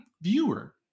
viewer